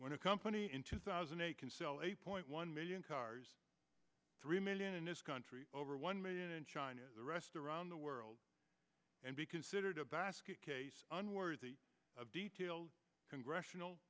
when a company in two thousand and eight point one million cars three million in this country over one million in china the rest around the world and be considered a basket case unworthy of detailed congressional